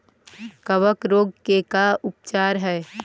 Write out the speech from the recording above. कबक रोग के का उपचार है?